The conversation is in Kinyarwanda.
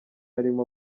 arimo